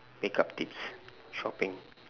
makeup tips shopping